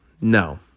no